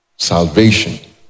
Salvation